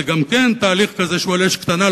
וזה גם כן תהליך על אש קטנה,